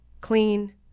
clean